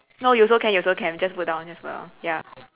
no you also can you also can just put down just put down ya